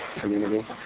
community